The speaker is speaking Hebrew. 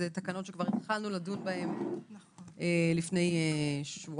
אלה תקנות שכבר התחלנו לדון בהן לפני שבועיים,